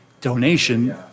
donation